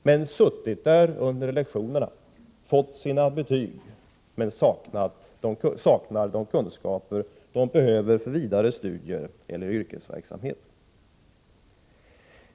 De har suttit där under lektionerna och fått sina betyg, men de saknar de kunskaper som de behöver för vidare studier eller yrkesverksamhet.